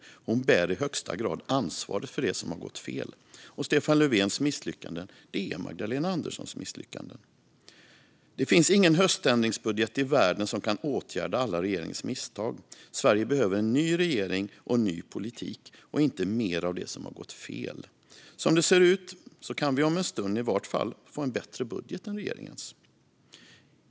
Hon bär i högsta grad ansvaret för det som har gått fel. Stefan Löfvens misslyckanden är Magdalena Anderssons misslyckanden. Det finns ingen höständringsbudget i världen som kan åtgärda alla regeringens misstag. Sverige behöver en ny regering och en ny politik - inte mer av det som har gått fel. Som det ser ut kan vi om en stund i varje fall få en bättre budget än regeringens.